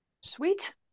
sweet